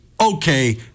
okay